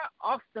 awesome